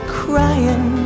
crying